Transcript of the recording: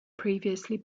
previously